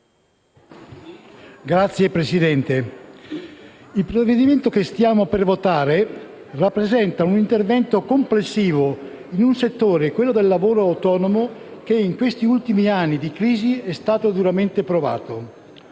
Il provvedimento che ci accingiamo a votare rappresenta un intervento complessivo in un settore, quello del lavoro autonomo, che, soprattutto in questi ultimi anni di crisi, è stato duramente provato.